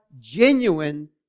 genuine